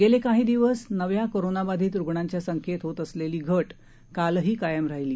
गेले काही दिवस नव्या करोनाबाधित रुग्णांच्या संख्येत होत असलेली घट कालही कायम राहिली